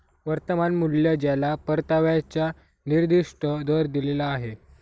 वर्तमान मूल्य ज्याला परताव्याचा निर्दिष्ट दर दिलेला आहे